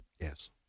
Yes